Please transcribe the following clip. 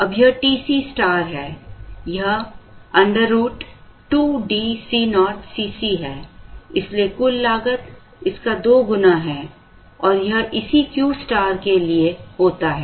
अब यह TC है यह √2DCoCc है इसलिए कुल लागत इसका 2 गुना है और यह इसी Q के लिए होता है